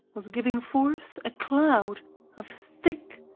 was giving forth a cloud of thick,